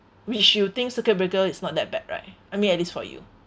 which you think circuit breaker is not that bad right I mean at least for you